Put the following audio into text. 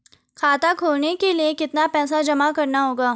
खाता खोलने के लिये कितना पैसा जमा करना होगा?